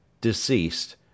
Deceased